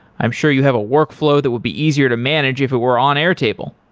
i'm sure you have a workflow that would be easier to manage if it were on airtable.